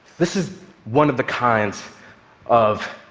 this is one of the kinds of